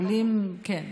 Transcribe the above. עולים, כן.